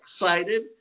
excited